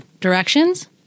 directions